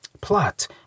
Plot